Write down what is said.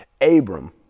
Abram